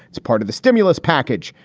it's part of the stimulus package.